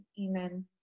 amen